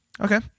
Okay